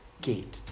gate